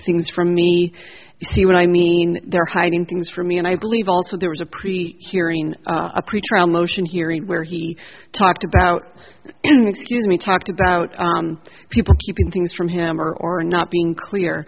things from me you see what i mean they're hiding things from me and i believe also there was a pre hearing a pretrial motion hearing where he talked about in excuse me talked about people keeping things from him or or not being clear